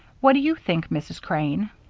what do you think, mrs. crane?